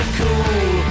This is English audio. cool